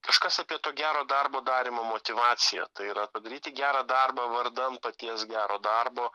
kažkas apie to gero darbo darymą motyvaciją tai yra padaryti gerą darbą vardan paties gero darbo